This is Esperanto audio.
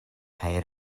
kaj